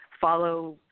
follow